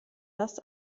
das